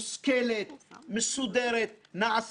בנושא מבנה הרגולציה הפיננסית בישראל